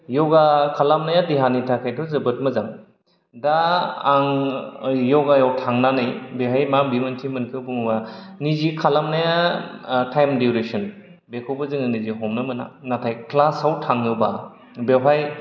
योगा खालामनाया देहानि थाखायथ' जोबोद मोजां दा आं योगायाव थांनानै बेहाय मा बिबानथि मोन्दों होनोबा निजि खालामनाया टाइम डिउरेसन बेखौबो जों निजि हमना मोना नाथाय क्लासाव थाङोबा बेवहाय